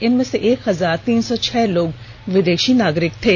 इनमें से एक हजार तीन सौ छह लोग विदेषी नागरिक थे